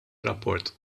rapport